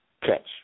Catch